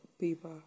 paper